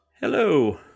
Hello